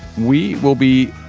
we will be